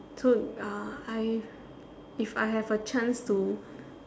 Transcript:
so uh I if I have a chance to